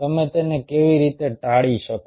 તમે તેને કેવી રીતે ટાળી શકો